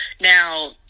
Now